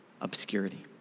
obscurity